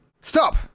Stop